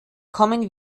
kommen